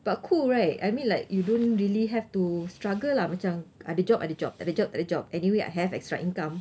but cool right I mean like you don't really have to struggle lah macam ada job ada job tak ada job tak ada job anyway I have extra income